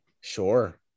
Sure